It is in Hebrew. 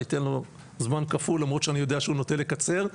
ניתן לו זמן כפול למרות שאני יודע שהוא נוטה לקצר,